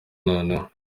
noneho